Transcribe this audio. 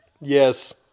Yes